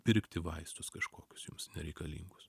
pirkti vaistus kažkokius jums nereikalingus